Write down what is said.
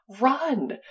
run